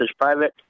private